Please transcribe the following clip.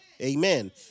Amen